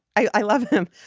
i love them.